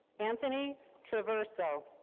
anthony traverso.